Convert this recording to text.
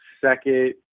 second